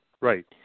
right